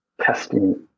testing